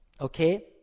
Okay